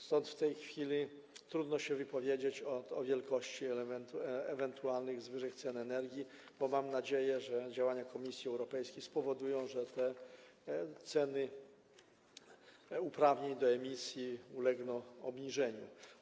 Stąd w tej chwili trudno się wypowiedzieć o wielkości ewentualnych zwyżek cen energii, bo mam nadzieję, że działania Komisji Europejskiej spowodują, że te ceny uprawnień do emisji ulegną obniżeniu.